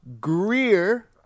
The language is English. Greer